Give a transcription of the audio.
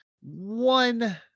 one